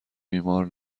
بیمار